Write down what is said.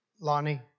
Lonnie